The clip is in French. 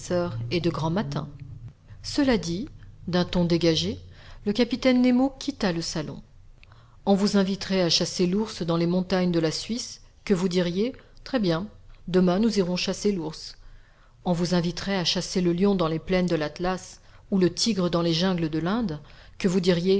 et de grand matin cela dit d'un ton dégagé le capitaine nemo quitta le salon on vous inviterait à chasser l'ours dans les montagnes de la suisse que vous diriez très bien demain nous irons chasser l'ours on vous inviterait à chasser le lion dans les plaines de l'atlas ou le tigre dans les jungles de l'inde que vous diriez